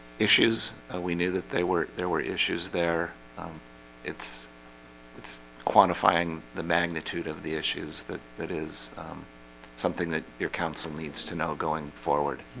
issues we knew that they were there were issues there it's it's quantifying the magnitude of the issues that it is something that your council needs to know going forward